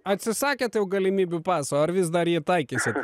atsisakėt jau galimybių paso ar vis dar jį taikysit